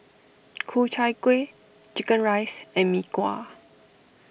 Ku Chai Kueh Chicken Rice and Mee Kuah